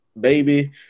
baby